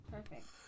Perfect